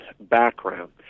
background